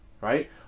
right